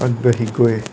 আগবাঢ়ি গৈ